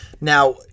Now